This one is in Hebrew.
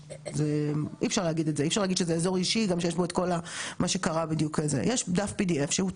יש דף PDF שהוא יחסית טוב,